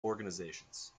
organizations